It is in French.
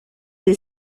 des